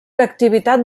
activitat